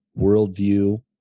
worldview